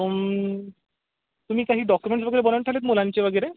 तुम तुम्ही काही डॉक्युमेंट्स वगैरे बनवून ठेवलेत मुलांची वगैरे